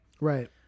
Right